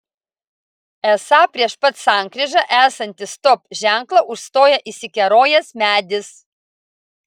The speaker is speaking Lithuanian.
esą prieš pat sankryžą esantį stop ženklą užstoja įsikerojęs medis